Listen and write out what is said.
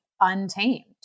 untamed